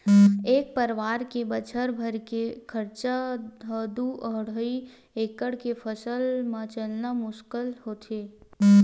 एक परवार के बछर भर के खरचा ह दू अड़हई एकड़ के फसल म चलना मुस्कुल होथे